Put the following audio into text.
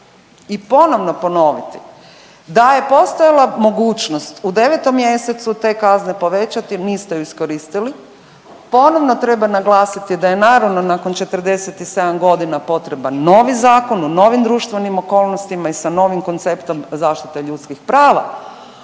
i ponovno ponoviti da je postojala mogućnost u 9. mj. te kazne povećati, niste ju iskoristili. Ponovno treba naglasiti da je naravno, nakon 47 godina potreban novi zakon u novim društvenim okolnostima i sa novim konceptom zaštite ljudskih prava,